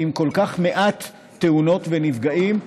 עם כל כך מעט תאונות ונפגעים,